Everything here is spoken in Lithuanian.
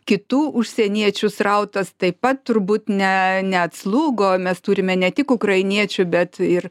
kitų užsieniečių srautas taip pat turbūt ne neatslūgo mes turime ne tik ukrainiečių bet ir